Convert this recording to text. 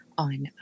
on